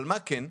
אבל מה כן?